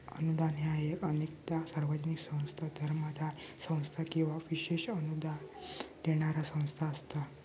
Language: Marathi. अनुदान ह्या अनेकदा सार्वजनिक संस्था, धर्मादाय संस्था किंवा विशेष अनुदान देणारा संस्था असता